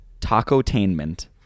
tacotainment